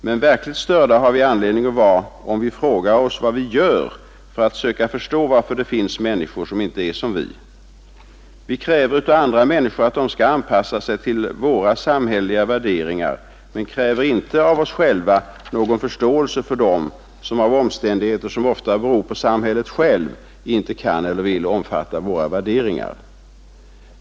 Men verkligt störda har vi anledning att vara, om vi frågar oss vad vi gör för att söka förstå varför det finns människor som inte är som vi. Vi kräver av andra människor att de skall anpassa sig till våra samhälleliga värderingar men kräver inte av oss själva någon förståelse för dem som — av omständigheter som ofta beror på samhället självt — inte kan eller inte vill omfatta våra värderingar.